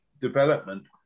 development